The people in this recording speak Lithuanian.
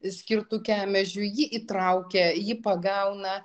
skirtu kemežiui jį įtraukia jį pagauna